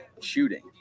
shooting